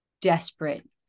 desperate